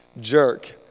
Jerk